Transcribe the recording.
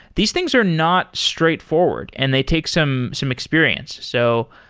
these things are not straightforward and they take some some experience. so,